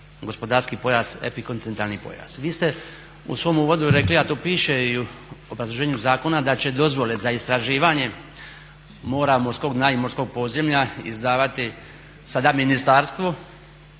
gospodarski pojas, epikontinentalni pojas. Vi ste u svom uvodu rekli a to piše i u obrazloženju zakona da će dozvole za istraživanje mora, morskog dna i morskog podzemlja izdavati sada ministarstvo